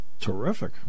Terrific